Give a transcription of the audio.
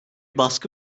baskı